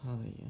now I know